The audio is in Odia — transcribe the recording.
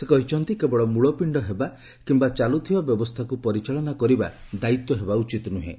ସେ କହିଛନ୍ତି କେବଳ ମୂଳପିଣ୍ଡ ହେବା କିମ୍ବା ଚାଲୁଥିବା ବ୍ୟବସ୍ଥାକୃ ପରିଚାଳନା କରିବା ଦାୟିତ୍ୱ ହେବା ଉଚିତ ନୁହେଁ